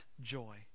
joy